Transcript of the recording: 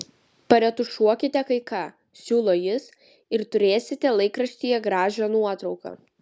paretušuokite kai ką siūlo jis ir turėsite laikraštyje gražią nuotrauką